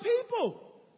people